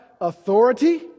authority